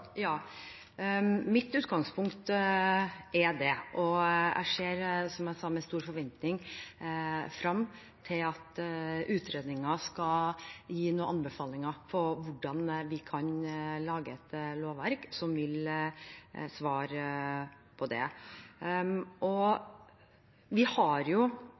Ja, mitt utgangspunkt er det, og jeg ser – som jeg sa – med stor forventning frem til at utredningen skal gi noen anbefalinger om hvordan vi kan lage et lovverk som vil svare på det.